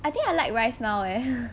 I think I like rice now leh